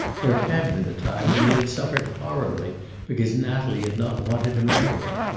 there had been a time when he had suffered horribly because natalie had not wanted to marry him.